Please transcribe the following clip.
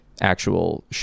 actual